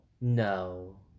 No